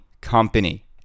Company